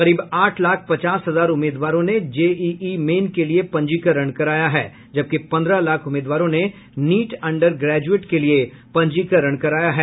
करीब आठ लाख पचास हजार उम्मीदवारों ने जेईई मेन के लिए पंजीकरण कराया है जबकि पंद्रह लाख उम्मीदवारों ने नीट अंडर ग्रेजुएट के लिए पंजीकरण कराया है